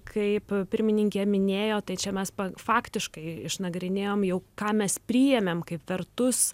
kaip pirmininkė minėjo tai čia mes faktiškai išnagrinėjom jau ką mes priėmėm kaip vertus